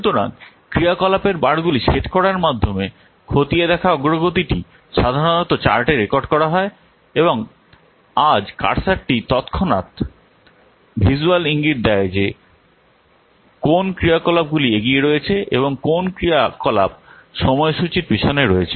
সুতরাং ক্রিয়াকলাপের বারগুলি শেড করার মাধ্যমে খতিয়ে দেখা অগ্রগতিটি সাধারণত চার্টে রেকর্ড করা হয় এবং আজ কার্সারটি তত্ক্ষণাত ভিজ্যুয়াল ইঙ্গিত দেয় যে কোন ক্রিয়াকলাপগুলি এগিয়ে রয়েছে এবং কোন ক্রিয়াকলাপ সময়সূচির পিছনে রয়েছে